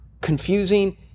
confusing